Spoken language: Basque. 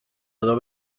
edo